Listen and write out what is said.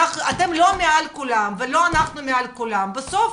אתם לא מעל כולם ולא אנחנו מעל כולם, בסוף